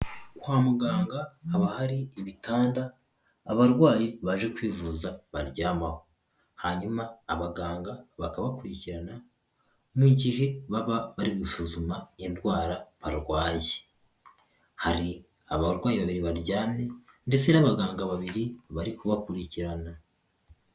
Kwa muganga haba hari ibitanda abarwayi baje kwivuza baryamaho, hanyuma abaganga bakabakurikirana, mu gihe baba bari gusuzuma indwara barwaye, hari abarwari baryamye ndetse n'abaganga babiri, bari kubakurikirana.